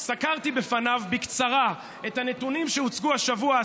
סקרתי לפניו בקצרה את הנתונים שהוצגו השבוע,